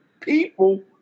people